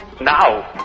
Now